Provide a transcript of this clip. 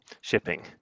shipping